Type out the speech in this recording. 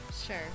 Sure